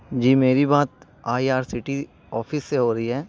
جی میری بات I R C T office سے ہو رہی ہے